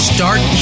Start